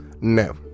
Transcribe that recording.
No